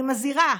אני מזהירה,